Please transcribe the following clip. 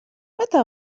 متى